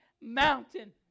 mountain